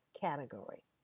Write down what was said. category